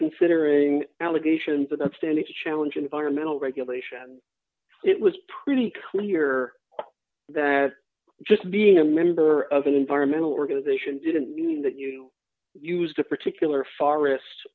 considering allegations of the standing to challenge environmental regulation it was pretty clear that just being a member of an environmental organization didn't mean that you used a particular far wrist